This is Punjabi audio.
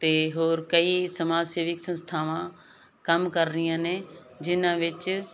ਤੇ ਹੋਰ ਕਈ ਸਮਾਜ ਸੇਵਿਕ ਸੰਸਥਾਵਾਂ ਕੰਮ ਕਰ ਰਹੀਆਂ ਨੇ ਜਿਨਾਂ ਵਿੱਚ